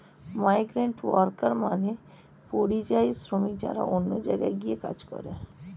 migrant worker মানে পরিযায়ী শ্রমিক যারা অন্য জায়গায় গিয়ে কাজ করে